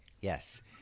Yes